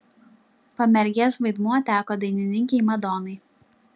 pamergės vaidmuo teko dainininkei madonai